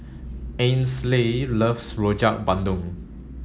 Ainsley loves Rojak Bandung